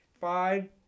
Fine